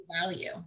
value